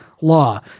law